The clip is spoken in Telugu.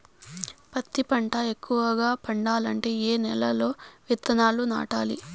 పత్తి పంట ఎక్కువగా పండాలంటే ఏ నెల లో విత్తనాలు నాటాలి?